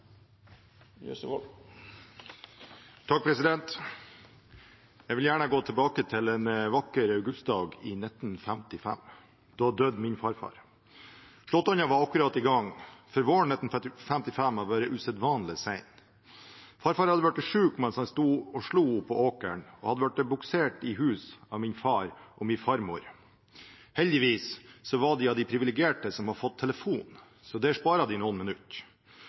min farfar. Slåttonna var akkurat i gang, for våren 1955 hadde vært usedvanlig sen. Farfar hadde blitt syk mens han sto og slo ute på åkeren, og hadde blitt buksert i hus av min far og min farmor. Heldigvis var de blant de privilegerte som hadde fått telefon, så